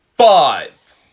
Five